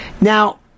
Now